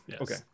Okay